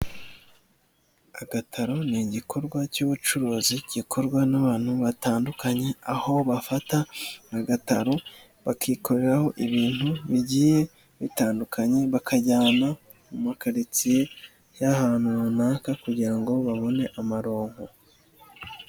Agataro ni igikorwa cy'ubucuruzi gikorwa n'abantu batandukanye aho bafata agataro bakikoreraho ibintu bigiye bitandukanye bakajyana mu makaritdiye y'ahantu runaka kugira ngo babone amaronko.